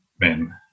men